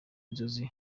inzozi